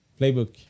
playbook